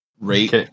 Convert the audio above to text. Rate